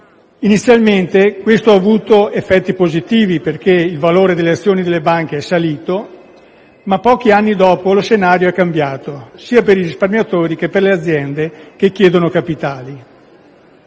Inizialmente questo ha avuto effetti positivi, perché il valore delle azioni delle banche è salito, ma pochi anni dopo lo scenario è cambiato, sia per i risparmiatori, che per le aziende che chiedono capitali.